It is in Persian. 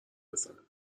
بزنم